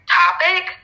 topic